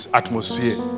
atmosphere